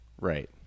Right